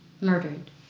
murdered